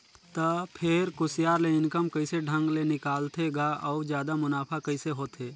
त फेर कुसियार ले इनकम कइसे ढंग ले निकालथे गा अउ जादा मुनाफा कइसे होथे